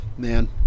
Man